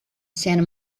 santa